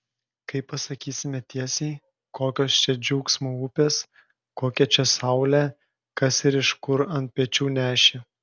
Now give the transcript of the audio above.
kai pasakysime tiesiai kokios čia džiaugsmo upės kokią čia saulę kas ir iš kur ant pečių nešė